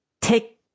take